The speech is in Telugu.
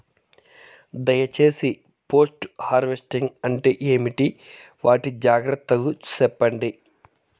దయ సేసి పోస్ట్ హార్వెస్టింగ్ అంటే ఏంటి? వాటి జాగ్రత్తలు సెప్పండి?